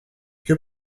que